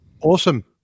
Awesome